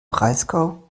breisgau